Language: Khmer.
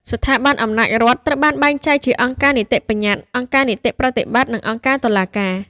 ស្ថាប័នអំណាចរដ្ឋត្រូវបានបែងចែកជាអង្គការនីតិបញ្ញត្តិ អង្គការនីតិប្រតិបត្តិ និងអង្គការតុលាការ។